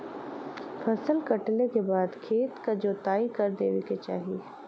फसल कटले के बाद खेत क जोताई कर देवे के चाही